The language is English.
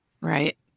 Right